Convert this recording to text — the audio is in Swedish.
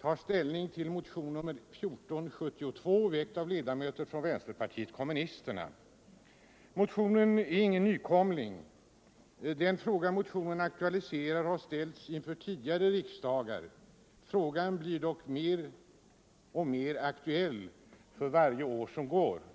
tar ställning till motionen 1472, väckt av ledamöter från vänsterpartiet kommunisterna. Motionen är ingen nykomling. Den fråga motionen aktualiserar har ställts inför tidigare riksdagar. Frågan blir dock mer och mer aktuell för varje år som går.